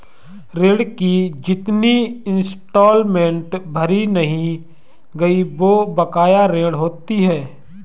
ऋण की जितनी इंस्टॉलमेंट भरी नहीं गयी वो बकाया ऋण होती है